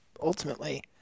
ultimately